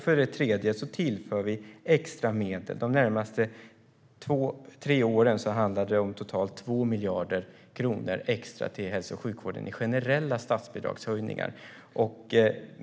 För det tredje tillför vi extra medel. De närmaste tre åren handlar det om totalt 2 miljarder kronor extra till hälso och sjukvården i generella statsbidragshöjningar.